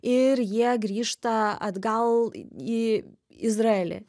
ir jie grįžta atgal į izraelį